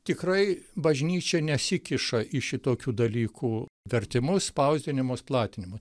tikrai bažnyčia nesikiša į šitokių dalykų vertimus spausdinimus platinimus